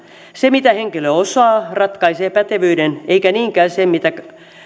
se mitä henkilö osaa ratkaisee pätevyyden eikä niinkään se